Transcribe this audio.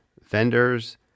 vendors